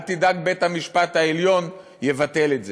אל תדאג, בית-המשפט העליון יבטל את זה.